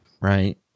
Right